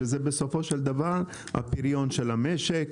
שזה בסופו של דבר הפריון של המשק,